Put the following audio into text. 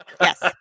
Yes